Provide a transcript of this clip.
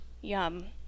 Yum